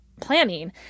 planning